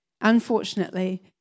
Unfortunately